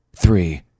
three